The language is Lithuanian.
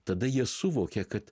tada jie suvokia kad